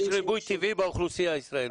יש ריבוי טבעי באוכלוסייה הישראלית.